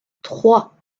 trois